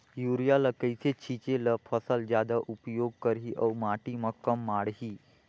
Urea ल कइसे छीचे ल फसल जादा उपयोग करही अउ माटी म कम माढ़ही?